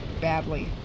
badly